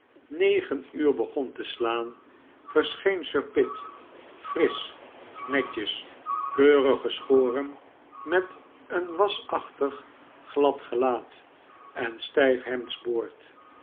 negen uur begon te slaan verscheen sir pitt frisch netjes keurig geschoren met een wasachtig glad gelaat en